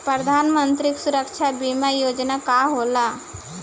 प्रधानमंत्री सुरक्षा बीमा योजना का होला?